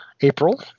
April